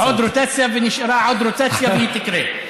עוד רוטציה, ונשארה עוד רוטציה, והיא תקרֶה.